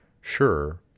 sure